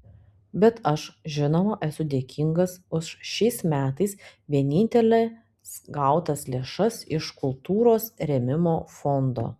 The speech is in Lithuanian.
bet aš žinoma esu dėkingas už šiais metais vieninteles gautas lėšas iš kultūros rėmimo fondo